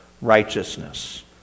righteousness